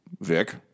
Vic